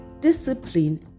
discipline